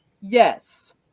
yes